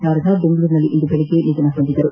ಶಾರದಾ ಬೆಂಗಳೂರಿನಲ್ಲಿ ಇಂದು ಬೆಳಗ್ಗೆ ನಿಧನ ಹೊಂದಿದರು